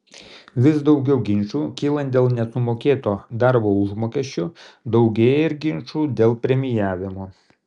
vis daugiau ginčų kylant dėl nesumokėto darbo užmokesčio daugėja ir ginčų dėl premijavimo